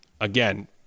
Again